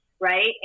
right